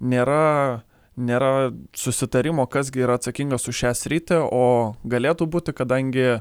nėra nėra susitarimo kas gi yra atsakingas už šią sritį o galėtų būti kadangi